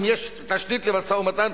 אם יש תשתית למשא-ומתן,